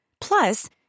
Plus